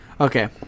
Okay